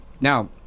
Now